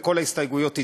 וכל ההסתייגויות התקבלו,